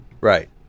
Right